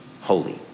Holy